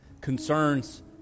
concerns